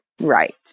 right